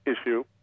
issue